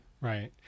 Right